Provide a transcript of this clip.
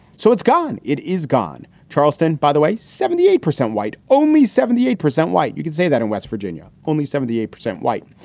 so it's gone. it is gone. charleston, by the way, seventy eight percent white. only seventy eight percent white. you can say that in west virginia, only seventy eight percent white.